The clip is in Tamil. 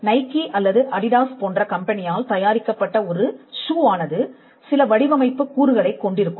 நைகி அல்லது அடிடாஸ் போன்ற கம்பெனியால் தயாரிக்கப்பட்ட ஒரு ஷூவானது சில வடிவமைப்புக் கூறுகளைக் கொண்டிருக்கும்